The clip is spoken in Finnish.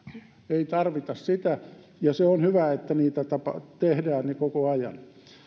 ei tarvita sitä on hyvä että niitä tehdään koko ajan